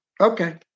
okay